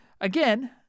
Again